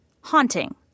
haunting